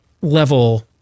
level